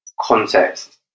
context